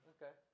Okay